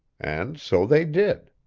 and so they did.